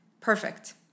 perfect